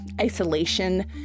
isolation